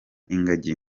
ingagi